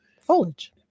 foliage